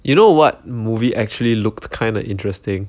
you know what movie actually looked kind of interesting